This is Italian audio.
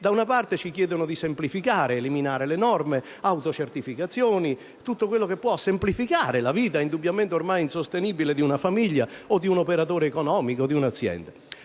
Da una parte, ci chiedono di semplificare, eliminare le norme, autocertificare, tutto ciò che può semplificare la vita, indubbiamente ormai insostenibile, di una famiglia o di un operatore economico o di un'azienda.